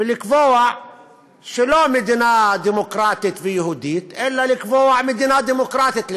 ולקבוע לא מדינה דמוקרטית ויהודית אלא לקבוע מדינה דמוקרטית,